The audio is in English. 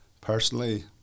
Personally